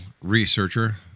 researcher